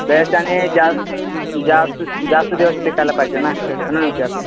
best आणि जास्त जास्त जास्त दिवस टिकायला पाहिजे ना म्हणून विचारतो